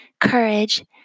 courage